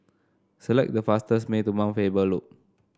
select the fastest way to Mount Faber Loop